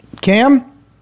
cam